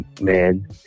man